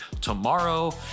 tomorrow